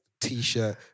t-shirt